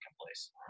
place